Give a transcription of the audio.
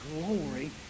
glory